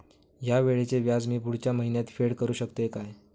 हया वेळीचे व्याज मी पुढच्या महिन्यात फेड करू शकतय काय?